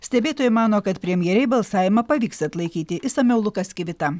stebėtojai mano kad premjerei balsavimą pavyks atlaikyti išsamiau lukas kivita